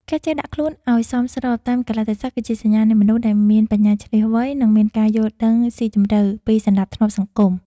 ការចេះដាក់ខ្លួនឱ្យសមស្របតាមកាលៈទេសៈគឺជាសញ្ញានៃមនុស្សដែលមានបញ្ញាឈ្លាសវៃ និង មានការយល់ដឹងស៊ីជម្រៅពីសណ្តាប់ធ្នាប់សង្គម។